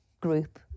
group